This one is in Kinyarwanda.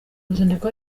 ruzinduko